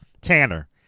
Tanner